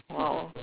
!wow!